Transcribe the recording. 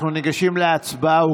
אנחנו ניגשים להצבעה.